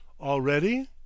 Already